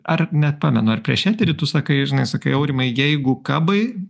ar nepamenu ar prieš eterį tu sakai žinai sakai aurimai jeigu kabai